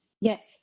yes